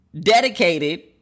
dedicated